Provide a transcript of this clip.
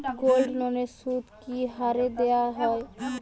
গোল্ডলোনের সুদ কি হারে দেওয়া হয়?